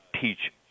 teach